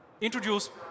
introduce